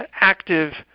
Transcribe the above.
active